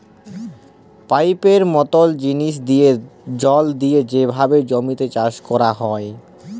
পাইপের মতল জিলিস দিঁয়ে জল দিঁয়ে যেভাবে জমিতে চাষ ক্যরা হ্যয়